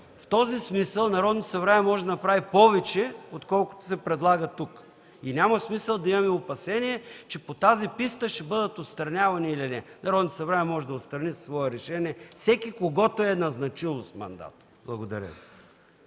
В този смисъл Народното събрание може да направи повече, отколкото се предлага тук. Няма смисъл да имаме опасение, че по тази писта ще бъдат отстранявани или не. Народното събрание може да отстрани със свое решение всеки, когото е назначило с мандат. Благодаря